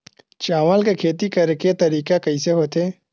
चावल के खेती करेके तरीका कइसे होथे?